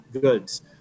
goods